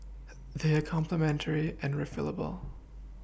they are complementary and refillable